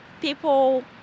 People